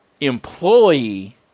employee